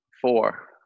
four